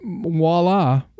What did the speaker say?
voila